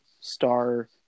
star